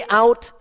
out